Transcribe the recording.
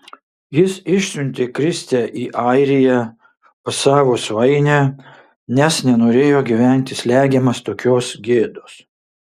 jis išsiuntė kristę į airiją pas savo svainę nes nenorėjo gyventi slegiamas tokios gėdos